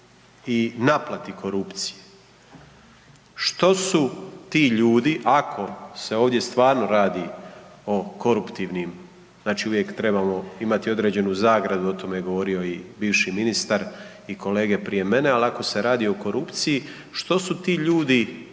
i naplati korupcije. Što su ti ljudi ako se ovdje stvarno radi o koruptivnim, znači uvijek trebamo imati određenu zagradu, o tome je govorio i bivši ministar i kolege prije mene, al ako se radi o korupciji, što su ti ljudi